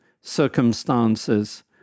circumstances